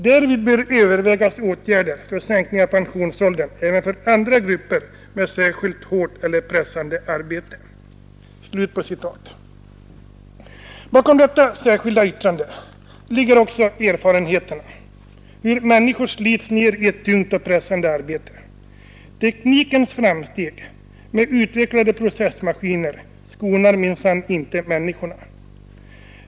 Därvid bör övervägas åtgärder för sänkning av pensionsåldern även för andra grupper med särskilt hårt eller pressande arbete.” Bakom detta särskilda yttrande ligger också mina egna erfarenheter av hur människor slits ned i ett tungt och pressande arbete. Teknikens framsteg med utvecklade processmaskiner skonar minsann inte människorna.